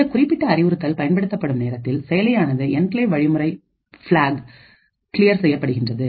இந்த குறிப்பிட்ட அறிவுறுத்தல் பயன்படுத்தப்படும் நேரத்தில் செயலியானது என்கிளேவ் வழிமுறை பிளாக்கிளியர் செய்யப்படுகின்றது